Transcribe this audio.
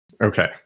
okay